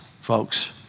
folks